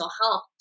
health